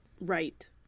Right